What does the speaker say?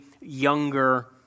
younger